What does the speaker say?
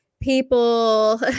people